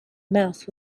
mouth